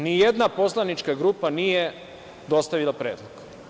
Nijedna poslanička grupa nije dostavila predlog.